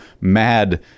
mad